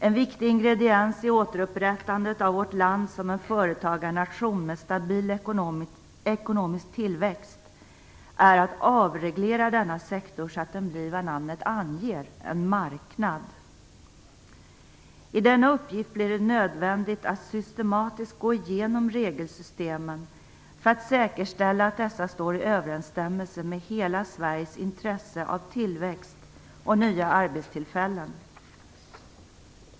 En viktig ingrediens i återupprättandet av vårt land som en företagarnation med stabil ekonomisk tillväxt är att avreglera denna sektor så att den blir vad namnet anger - en marknad. I denna uppgift blir det nödvändigt att systematiskt gå igenom regelsystemen för att säkerställa att dessa står i överensstämmelse med hela Sveriges intresse av tillväxt och nya arbetstillfällen.